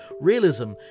Realism